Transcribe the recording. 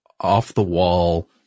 off-the-wall